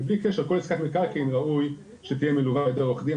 ובלי קשר כל עיסקת מקרקעין ראוי שתהיה מלווה על ידי עורך דין,